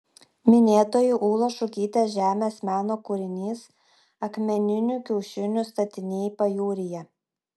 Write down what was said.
minėtoji ūlos šukytės žemės meno kūrinys akmeninių kiaušinių statiniai pajūryje